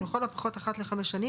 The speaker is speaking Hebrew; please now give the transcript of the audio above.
ולכל הפחות אחת לחמש שנים,